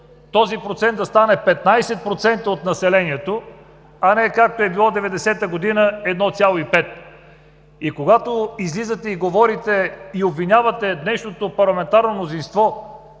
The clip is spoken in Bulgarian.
този процент да стане 15% от населението, а не както е било в 1990 г. – 1,5. И когато излизате, говорите и обвинявате днешното парламентарно мнозинство